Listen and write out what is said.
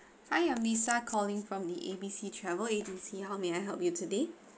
hi I'm lisa calling from the A_B_C travel agency how may I help you today